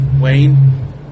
Wayne